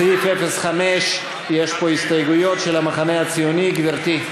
בסעיף 05. יש הסתייגויות של המחנה הציוני, גברתי?